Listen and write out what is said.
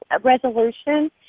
resolution